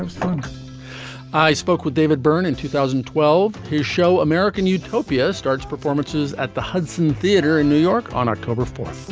ah thanks i spoke with david byrne in two thousand and twelve to show american utopia starts performances at the hudson theater in new york on october fourth.